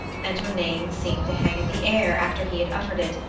and her name seemed to hang in the air after he had uttered it,